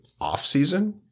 off-season